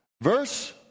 Verse